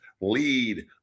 lead